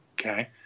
okay